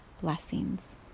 blessings